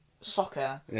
soccer